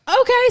Okay